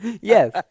Yes